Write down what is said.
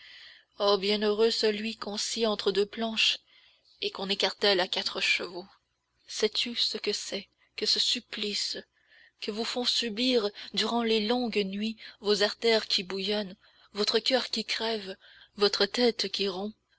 oh bienheureux celui qu'on scie entre deux planches et qu'on écartèle à quatre chevaux sais-tu ce que c'est que ce supplice que vous font subir durant les longues nuits vos artères qui bouillonnent votre coeur qui crève votre tête qui